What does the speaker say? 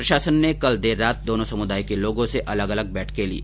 प्रशासन ने कल देर रात दोनों सम्रदाय के लोगों से अलग अलग बैठके ली